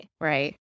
Right